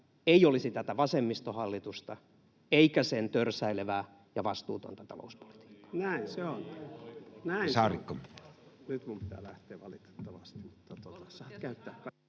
ei olisi tätä vasemmistohallitusta eikä sen törsäilevää ja vastuutonta talouspolitiikkaa.